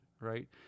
right